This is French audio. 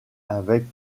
avec